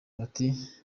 bati